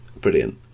brilliant